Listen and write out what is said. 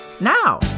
Now